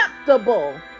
acceptable